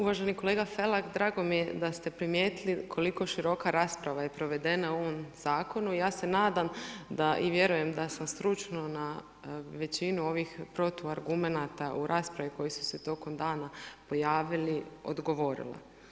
Uvaženi kolega Felak, drago mi je da ste primijetili koliko široka rasprava je provedena u ovom zakonu ja se nadam i vjerujem da sam stručno na većinu ovih protuargumenata u raspravi koji su se tokom dana pojavili odgovorila.